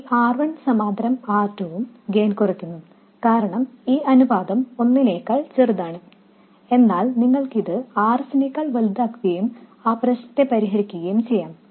ഈ R1 സമാന്തരം R2 ഉം ഗെയിൻ കുറയ്ക്കുന്നു കാരണം ഈ അനുപാതം ഒന്നിനേക്കാൾ ചെറുതാണ് എന്നാൽ നിങ്ങൾക്കിത് Rs നേക്കാൾ വലുതാക്കുകയും ആ പ്രശ്നത്തെ പരിഹരിക്കുകയും ചെയ്യാം